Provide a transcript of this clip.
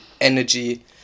energy